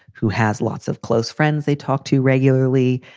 who has lots of close friends they talk to regularly,